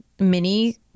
mini